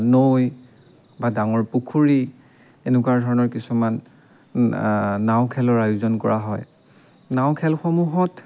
নৈ বা ডাঙৰ পুখুৰী এনেকুৱা ধৰণৰ কিছুমান নাও খেলৰ আয়োজন কৰা হয় নাও খেলসমূহত